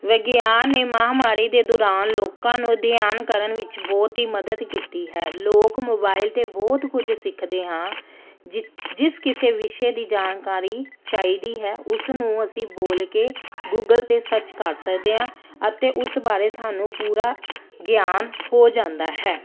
ਵਿਗਿਆਨ ਨੇ ਮਹਾਂਮਾਰੀ ਦੇ ਦੌਰਾਨ ਲੋਕਾਂ ਨੂੰ ਅਧਿਐਨ ਕਰਨ ਵਿੱਚ ਬਹੁਤ ਹੀ ਮਦਦ ਕੀਤੀ ਹੈ ਲੋਕ ਮੋਬਾਈਲ 'ਤੇ ਬਹੁਤ ਕੁਝ ਸਿੱਖਦੇ ਹਾਂ ਜਿ ਜਿਸ ਕਿਸੇ ਵਿਸ਼ੇ ਦੀ ਜਾਣਕਾਰੀ ਚਾਹੀਦੀ ਹੈ ਉਸਨੂੰ ਅਸੀਂ ਬੋਲ ਕੇ ਗੂਗਲ 'ਤੇ ਸਰਚ ਕਰ ਸਕਦੇ ਹਾਂ ਅਤੇ ਉਸ ਬਾਰੇ ਸਾਨੂੰ ਪੂਰਾ ਗਿਆਨ ਹੋ ਜਾਂਦਾ ਹੈ